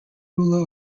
ruler